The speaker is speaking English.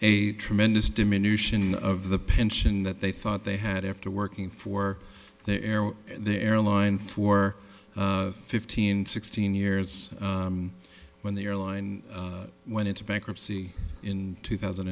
a tremendous diminution of the pension that they thought they had after working for the airline for fifteen sixteen years when the airline went into bankruptcy in two thousand